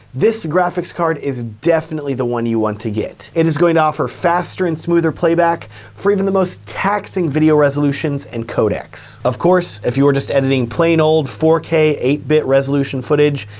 this graphics card is definitely the one you want to get. it is going to offer faster and smoother playback for even the most taxing video resolutions and codex. of course, if you are just editing plain old four k, eight bit resolution footage,